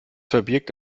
verbirgt